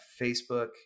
facebook